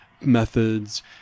methods